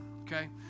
okay